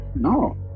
No